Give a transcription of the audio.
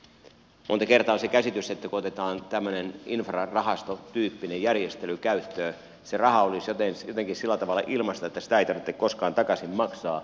monta kertaa on se käsitys että kun otetaan tällainen infrarahastotyyppinen järjestely käyttöön niin se raha olisi jotenkin sillä tavalla ilmaista että sitä ei tarvitse koskaan takaisin maksaa